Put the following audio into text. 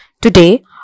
Today